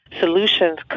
solutions